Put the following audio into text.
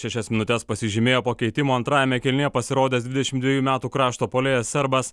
šešias minutes pasižymėjo po keitimo antrajame kėlinyje pasirodęs dvidešim dviejų metų krašto puolėjas serbas